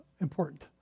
important